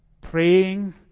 praying